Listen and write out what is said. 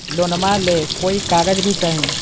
लोनमा ले कोई कागज भी चाही?